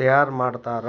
ತಯಾರ್ ಮಾಡ್ತಾರ